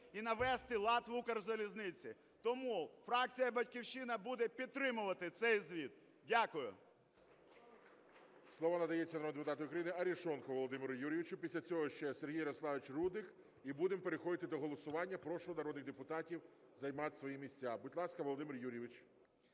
і навести лад в Укрзалізниці. Тому фракція "Батьківщина" буде підтримувати цей звіт. Дякую.